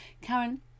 Karen